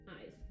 eyes